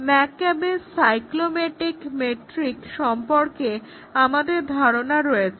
McCabe's cyclomatic metric সম্পর্কে আমাদের ধারণা রয়েছে